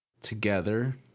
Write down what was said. together